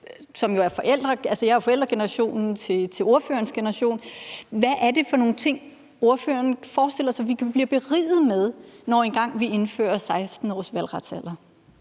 jeg er jo forældregenerationen til ordførerens generation. Hvad er det for nogle ting, ordføreren forestiller sig vi kan blive beriget med, når vi engang indfører en valgretsalder